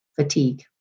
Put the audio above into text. fatigue